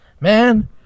Man